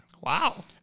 Wow